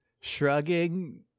shrugging